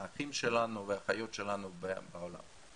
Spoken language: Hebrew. האחים שלנו והאחיות שלנו בעולם.